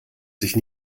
sich